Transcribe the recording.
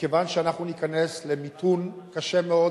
מכיוון שאנחנו ניכנס למיתון קשה מאוד,